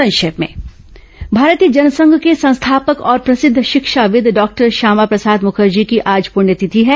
संक्षिप्त समाचार भारतीय जन संघ के संस्थापक और प्रसिद्ध शिक्षाविद् डॉक्टर श्यामा प्रसाद मुखर्जी की आज पुण्यतिथि है